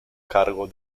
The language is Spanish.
cargo